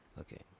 okay